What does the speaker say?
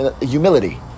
Humility